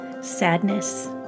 sadness